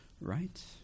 right